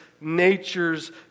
natures